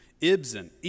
Ibsen